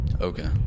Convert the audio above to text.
Okay